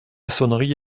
sonnerie